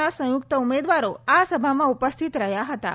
ના સંયુક્ત ઉમેદવારો આ સભામાં ઉપસ્થિત રહ્યાં હતાં